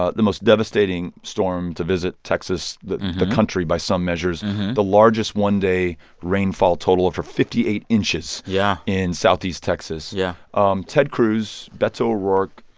ah the most devastating storm to visit texas the the country by some measures the largest one-day rainfall total of fifty fifty eight inches. yeah. in southeast texas yeah um ted cruz, beto o'rourke,